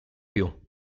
più